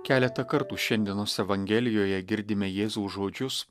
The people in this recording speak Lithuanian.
keletą kartų šiandienos evangelijoje girdime jėzaus žodžius